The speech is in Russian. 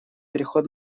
переход